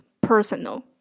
personal